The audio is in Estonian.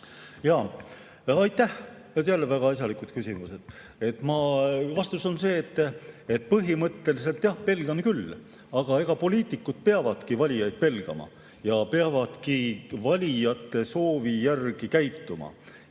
Aitäh! Jälle väga asjalikud küsimused. Vastus on see, et põhimõtteliselt jah, pelgan küll. Aga poliitikud peavadki valijaid pelgama ja peavadki valijate soovi järgi käituma.